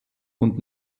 und